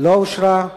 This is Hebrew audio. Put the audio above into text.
לא אושרה.